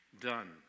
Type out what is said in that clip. Done